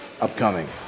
upcoming